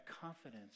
confidence